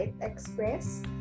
Express